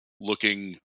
looking